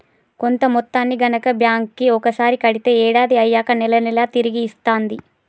కొంత మొత్తాన్ని గనక బ్యాంక్ కి ఒకసారి కడితే ఏడాది అయ్యాక నెల నెలా తిరిగి ఇస్తాంది